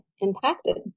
impacted